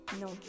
No